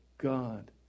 God